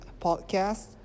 podcast